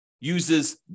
uses